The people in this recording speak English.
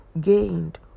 gained